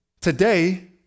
Today